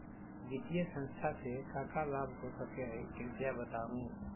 वित्तीय संस्था से का का लाभ हो सके हई कृपया बताहू?